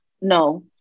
no